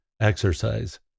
exercise